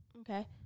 Okay